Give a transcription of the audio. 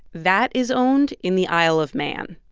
that is owned in the isle of man.